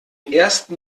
ersten